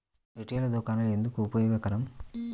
Retail దుకాణాలు ఎందుకు ఉపయోగకరం?